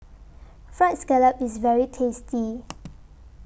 Fried Scallop IS very tasty